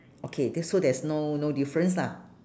okay there's so there's no no difference lah